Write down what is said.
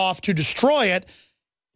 off to destroy it